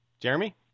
Jeremy